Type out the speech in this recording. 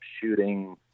shooting –